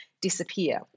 disappear